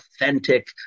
authentic